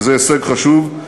וזה הישג חשוב.